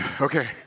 Okay